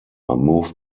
moved